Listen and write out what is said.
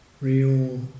real